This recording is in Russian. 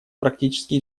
практически